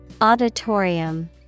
Auditorium